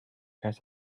has